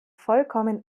vollkommen